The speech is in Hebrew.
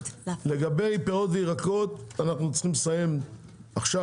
לגבי פירות וירקות, אנחנו צריכים לסיים עכשיו.